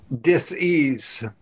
dis-ease